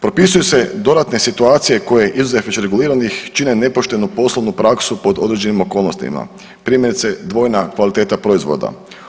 Propisuju se dodatne situacije koje izuzev već reguliranih čine nepoštenu poslovnu praksu pod određenim okolnostima primjerice dvojna kvaliteta proizvoda.